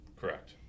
correct